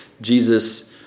Jesus